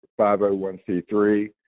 501c3